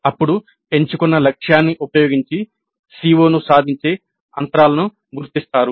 అప్పుడు ఎంచుకున్న లక్ష్యాన్ని ఉపయోగించి CO సాధించే అంతరాలను గుర్తిస్తారు